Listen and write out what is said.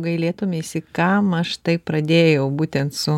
gailėtumeisi kam aš taip pradėjau būtent su